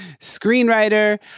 screenwriter